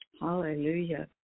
Hallelujah